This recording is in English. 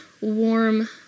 warm